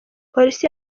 polisi